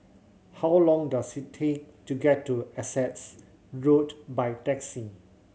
how long does it take to get to Essex Road by taxi